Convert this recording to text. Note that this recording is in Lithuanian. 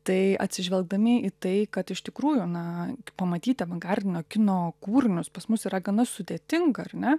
tai atsižvelgdami į tai kad iš tikrųjų na pamatyt avangardinio kino kūrinius pas mus yra gana sudėtinga ar ne